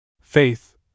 Faith